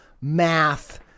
math